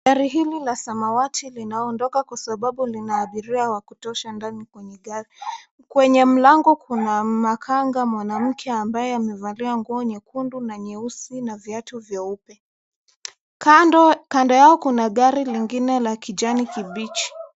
Gari hili la samawati linaondoka kwa sababu lina abiria wa kutosha ndani kwenye gari. Kwenye mlango kuna makanga mwanamke ambaye amevalia nguo nyekundu na nyeusi na viatu vyeupe. Kando yao kuna gari lingine la kijani kibichi.